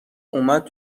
اومد